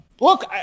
look